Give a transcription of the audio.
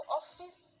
office